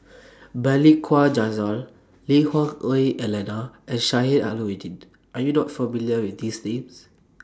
Balli Kaur Jaswal Lui Hah Wah Elena and Sheik Alau'ddin Are YOU not familiar with These Names